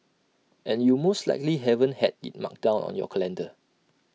and you most likely haven't had IT marked down on your calendar